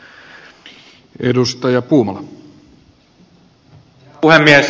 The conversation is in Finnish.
herra puhemies